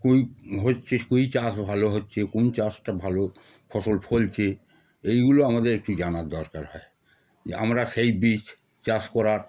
কোই হচ্ছে কোই চাষ ভালো হচ্ছে কোন চাষটা ভালো ফসল ফলছে এইগুলো আমাদের একটু জানার দরকার হয় যে আমরা সেই বীজ চাষ করার